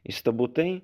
įstabu tai